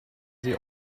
sie